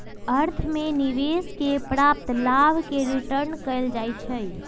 अर्थ में निवेश से प्राप्त लाभ के रिटर्न कहल जाइ छइ